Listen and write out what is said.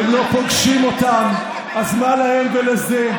הם לא פוגשים אותם, אז מה להם ולזה?